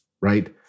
right